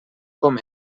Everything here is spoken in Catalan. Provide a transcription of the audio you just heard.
com